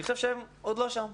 אני חושב שהם עוד לא שם.